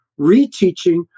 reteaching